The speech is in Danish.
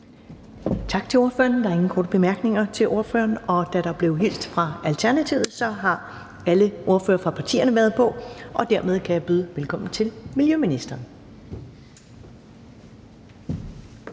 Tak til ordføreren. Der er ingen korte bemærkninger til ordføreren. Da der blev hilst fra Alternativet, har alle ordførere fra partierne været på, og dermed kan jeg byde velkommen til miljøministeren.